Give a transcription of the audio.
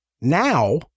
Now